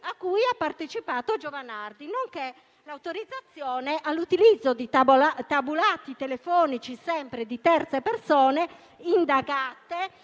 a cui ha partecipato Giovanardi, nonché dell'autorizzazione all'utilizzo di tabulati telefonici, sempre di terze persone indagate